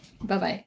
Bye-bye